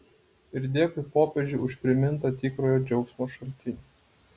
ir dėkui popiežiui už primintą tikrojo džiaugsmo šaltinį